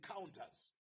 encounters